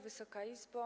Wysoka Izbo!